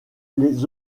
les